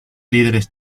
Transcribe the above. líderes